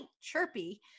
chirpy